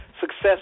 success